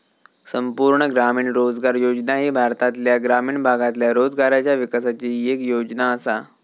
संपूर्ण ग्रामीण रोजगार योजना ही भारतातल्या ग्रामीण भागातल्या रोजगाराच्या विकासाची येक योजना आसा